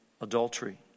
adultery